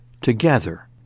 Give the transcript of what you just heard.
together